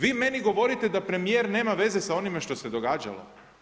Vi meni govorite da premijer nema veze sa onime što se događalo?